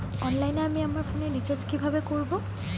অনলাইনে আমি আমার ফোনে রিচার্জ কিভাবে করব?